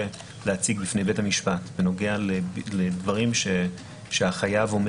להציג בפני בית המשפט בנוגע לדברים שהחייב אומר